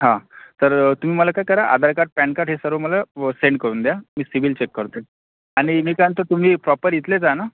हां तर तुम्ही मला काय करा आधार काड पॅन काड हे सर्व मला सेंड करून द्या मी सिबिल चेक करतो आणि मी काय म्हणतो तुम्ही प्रॉपर इथलेच आहे ना